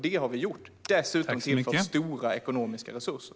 Det har vi gjort. Dessutom har vi tillfört stora ekonomiska resurser.